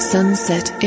Sunset